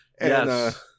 Yes